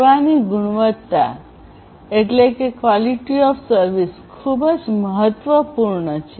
સેવાની ગુણવત્તા ક્યૂઓએસ ખૂબ જ મહત્વપૂર્ણ છે